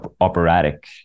operatic